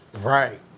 Right